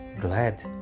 Glad